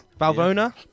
Valvona